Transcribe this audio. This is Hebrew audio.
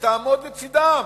יעמוד לצדם.